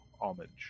homage